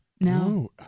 No